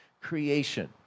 creation